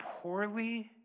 poorly